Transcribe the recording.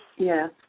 Yes